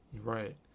right